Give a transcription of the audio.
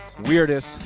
weirdest